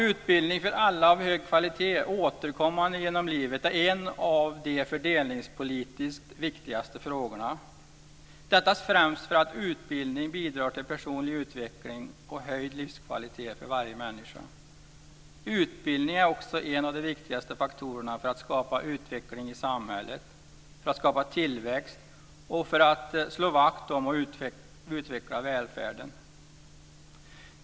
Utbildning för alla av hög kvalitet återkommande genom livet är en av de fördelningspolitiskt viktigaste frågorna, detta främst för att utbildning bidrar till personlig utveckling och höjd livskvalitet för varje människa. Utbildning är också en av de viktigaste faktorerna för att skapa utveckling i samhället, för att skapa tillväxt och för att slå vakt om och utveckla välfärden.